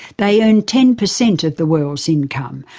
they earn ten percent of the world's income,